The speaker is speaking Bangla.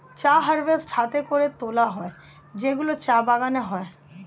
চা হারভেস্ট হাতে করে তোলা হয় যেগুলো চা বাগানে হয়